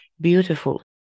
Beautiful